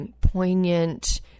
Poignant